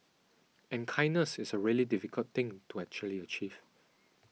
and kindness is a really difficult thing to actually achieve